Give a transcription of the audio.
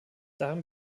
darin